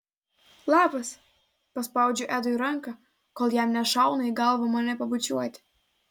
labas paspaudžiu edui ranką kol jam nešauna į galvą mane pabučiuoti